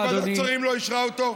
שוועדת שרים לא אישרה אותו?